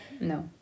No